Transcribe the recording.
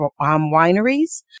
wineries